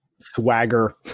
swagger